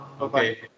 okay